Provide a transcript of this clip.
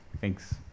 thanks